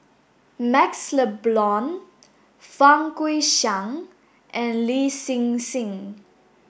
MaxLe Blond Fang Guixiang and Lin Hsin Hsin